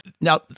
Now